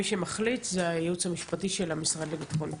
ומי שמחליט זה הייעוץ המשפטי של המשרד לביטחון הפנים.